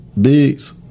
Biggs